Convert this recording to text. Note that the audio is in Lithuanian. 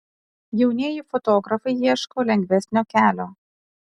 jaunieji fotografai ieško lengvesnio kelio